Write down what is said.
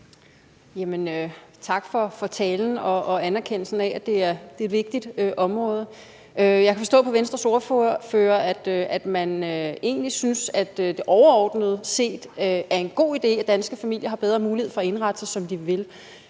Tak for talen og for anerkendelsen af, at det er et vigtigt område. Jeg kan forstå på Venstres ordfører, at man egentlig synes, at det overordnet set er en god idé, at danske familier har bedre mulighed for at indrette sig, som de vil.